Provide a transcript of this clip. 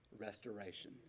restoration